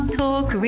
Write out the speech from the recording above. talk